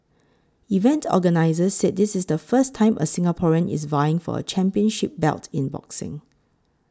event the organisers said this is the first time a Singaporean is vying for a championship belt in boxing